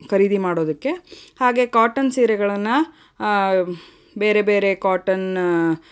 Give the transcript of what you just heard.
ಖರೀದಿ ಮಾಡೋದಕ್ಕೆ ಹಾಗೆ ಕೋಟ ಸೀರೆಗಳನ್ನು ಬೇರೆ ಬೇರೆ ಕೋಟನ್